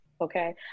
okay